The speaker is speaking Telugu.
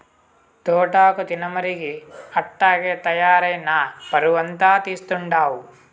తోటాకు తినమరిగి అట్టాగే తయారై నా పరువంతా తీస్తండావు